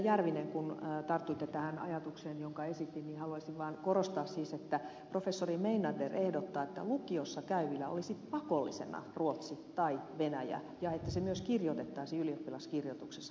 järvinen kun tartuitte tähän ajatukseen jonka esitin niin haluaisin vaan korostaa siis että professori meinander ehdottaa että lukiossa käyvillä olisi pakollisena ruotsi tai venäjä ja että se myös kirjoitettaisiin ylioppilaskirjoituksessa